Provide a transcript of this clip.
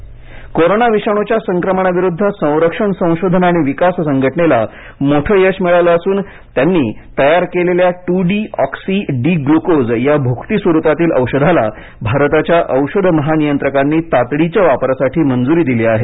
D R D O corona विषाणूच्या संक्रमणाविरुद्ध संरक्षण संशोधन आणि विकास संघटनेला मोठं यश मिळालं असून त्यांनी तयार केलेल्या two deoxy D glucose या भुकटी स्वरुपातील औषधाला भारताच्या औषध महानियंत्रकांनी तातडीच्या वापरासाठी मंजुरी दिली आहे